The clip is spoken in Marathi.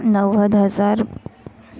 नव्वद हजार